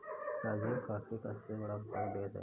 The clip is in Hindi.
ब्राज़ील कॉफी का सबसे बड़ा उत्पादक देश है